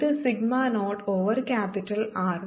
ഇത് സിഗ്മ0 over capital R